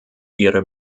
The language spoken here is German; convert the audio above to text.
ihre